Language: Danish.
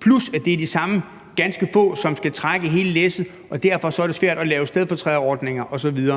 plus at det er de samme ganske få, som skal trække hele læsset, og derfor er det svært at lave stedfortræderordninger osv.